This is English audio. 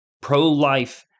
pro-life